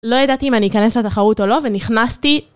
לא ידעתי אם אני אכנס לתחרות או לא, ונכנסתי.